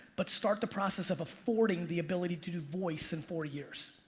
but start the process of affording the ability to do voice in four years.